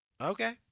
Okay